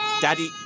Daddy